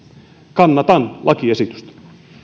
kannatan lakiesitystä